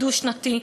הדו-שנתי,